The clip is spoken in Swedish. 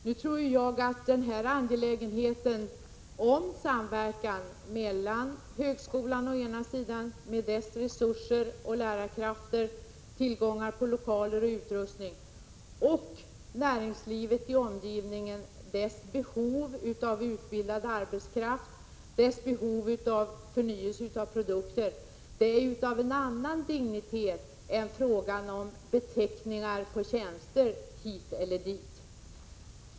Nu tror jag att angelägenheten av samverkan mellan högskolan, med dess resurser och lärarkrafter, tillgångar på lokaler och utrustning, och näringslivet i omgivningen, dess behov av utbildad arbetskraft och förnyelse av produkter, är av en annan dignitet än frågan om beteckningar på tjänster hit eller dit.